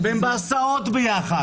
הם בהסעות ביחד.